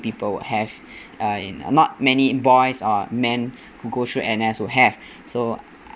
people will have uh you know not many boys or men who go through N_S will have so